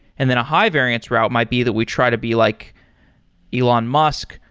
and then a high-variance route might be that we try to be like elon musk.